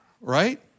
right